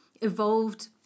evolved